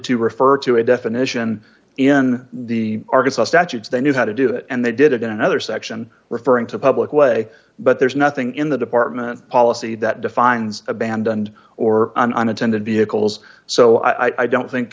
refer to a definition in the arkansas statutes they knew how to do it and they did it in another section referring to a public way but there's nothing in the department policy that defines abandoned or unintended vehicles so i don't think